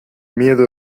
miedo